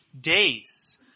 days